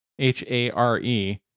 H-A-R-E